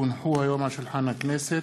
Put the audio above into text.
כי הונחו היום על שולחן הכנסת